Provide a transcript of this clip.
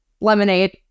Lemonade